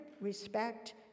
respect